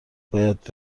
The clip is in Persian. باید